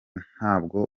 ntabwo